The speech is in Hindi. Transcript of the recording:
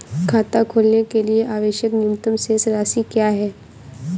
खाता खोलने के लिए आवश्यक न्यूनतम शेष राशि क्या है?